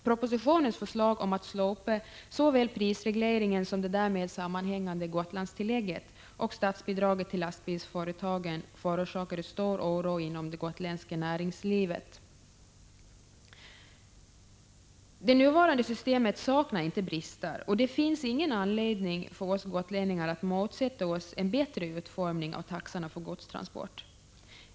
Propositionens förslag om att slopa såväl prisregleringen 2 juni 1986 som det därmed sammanhängande Gotlandstillägget och statsbidraget till lastbilsföretagen förorsakade stor oro inom det gotländska näringslivet. Det nuvarande systemet saknar inte brister, och det finns ingen anledning för oss gotlänningar att motsätta oss en bättre utformning av taxorna för godstransport.